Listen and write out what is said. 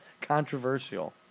controversial